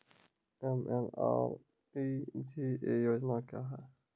MNREGA योजना क्या हैं?